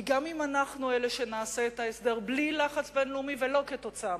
כי גם אם אנחנו נעשה את ההסדר בלי לחץ בין-לאומי ולא בגללו,